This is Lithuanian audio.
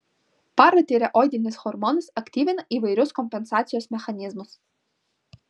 paratireoidinis hormonas aktyvina įvairius kompensacijos mechanizmus